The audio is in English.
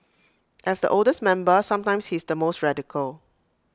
as the oldest member sometimes he's the most radical